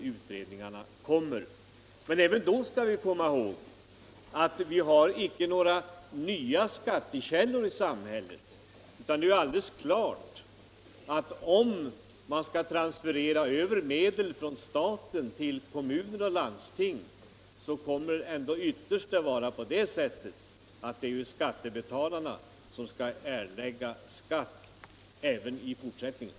Även då skall vi emellertid komma ihåg att det inte finns några nya skattekällor i samhället, utan det är alldeles klart att om man skall transferera ytterligare medel från staten till kommuner och landsting kommer det ändå ytterst att vara skattebetalarna som i den ena celler andra formen har att betala.